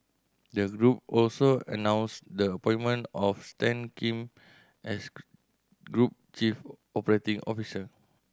the group also announced the appointment of Stan Kim as group chief operating officer